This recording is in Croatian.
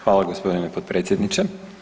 Hvala gospodine potpredsjedniče.